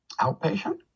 outpatient